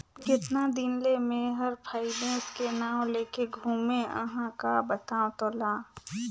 केतना दिन ले मे हर फायनेस के नाव लेके घूमें अहाँ का बतावं तोला